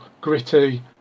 gritty